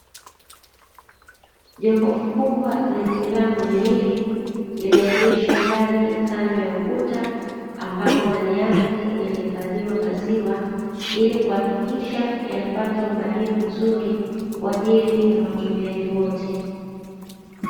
Jokofu kubwa lenye milango miwili, limeegeshwa ndani kando ya ukuta. Ambapo ndani yake yanahifadhiwa maziwa, ili kuhakikisha yanapata ubaridi vizuri kwa ajili ya watumiaji wote.